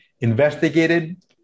investigated